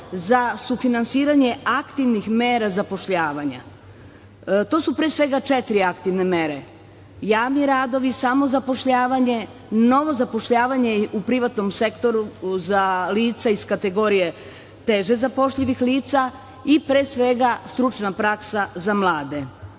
za sufinansiranje aktivnih mera zapošljavanja. To su pre svega četiri aktivne mere – javni radovi, samozapošljavanje, novo zapošljavanje u privatnom sektoru za lica iz kategorije teže zapošljivih lica i pre svega stručna praksa za mlade. Inače,